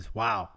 wow